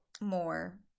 more